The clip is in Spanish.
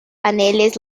paneles